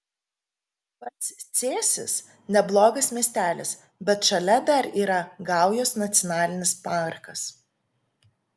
pats cėsis neblogas miestelis bet šalia dar yra gaujos nacionalinis parkas